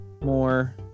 more